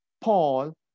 Paul